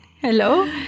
Hello